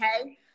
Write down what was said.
Okay